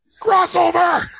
Crossover